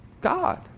God